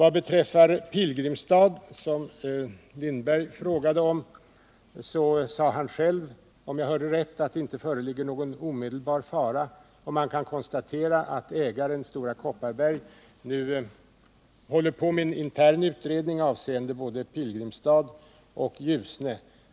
Vad beträffar Pilgrimstad, som herr Lindberg frågade om, sade han själv — om jag hörde rätt — att det inte föreligger någon omedelbar fara, och man kan konstatera att ägaren, Stora Kopparberg, håller på med en intern utredning avseende både Pilgrimstad och Ljusne.